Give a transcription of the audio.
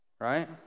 right